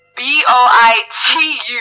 B-O-I-T-U